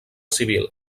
civil